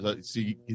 See